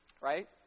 right